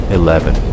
eleven